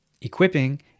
equipping